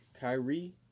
Kyrie